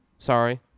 Sorry